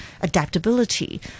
adaptability